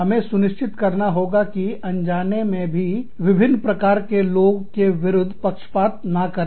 हमें सुनिश्चित करना होगा कि अनजाने में भी विभिन्न प्रकार के लोगों के विरुद्ध पक्षपात ना करें